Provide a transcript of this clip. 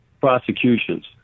prosecutions